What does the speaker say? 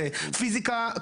זאת פיזיקה,